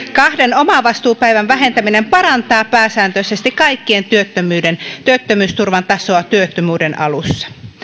kahden omavastuupäivän vähentäminen parantaa pääsääntöisesti kaikkien työttömyysturvan tasoa työttömyyden alussa